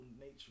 nature